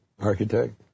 architect